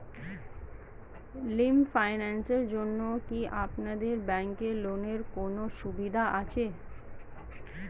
Lymph ক্যানসারের জন্য কি আপনাদের ব্যঙ্কে লোনের কোনও সুবিধা আছে?